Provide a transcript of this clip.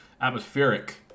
atmospheric